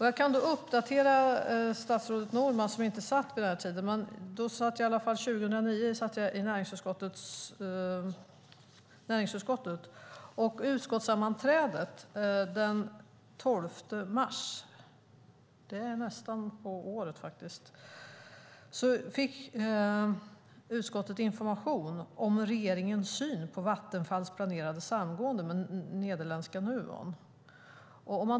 Jag kan uppdatera statsrådet Norman, som inte satt i regeringen vid den tiden. År 2009 satt jag i näringsutskottet, och vid utskottssammanträdet den 12 mars - nästan på dagen fyra år sedan - fick utskottet information om regeringens syn på Vattenfalls planerade samgående med nederländska Nuon.